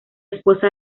esposa